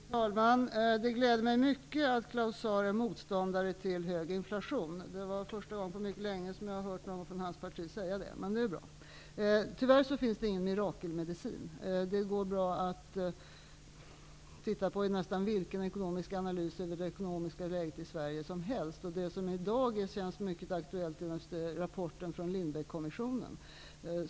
Fru talman! Det gläder mig mycket att Claus Zaar är motståndare till hög inflation. Det var första gången på mycket länge som jag har hört någon från hans parti säga det. Det är bra. Tyvärr finns det ingen mirakelmedicin. Det ser man om man tittar på nästan vilken ekonomisk analys eller vilket ekonomiskt läge i Sverige som helst. Det som i dag känns mycket aktuellt är rapporten från Lindhékommissionen.